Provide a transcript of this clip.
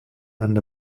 and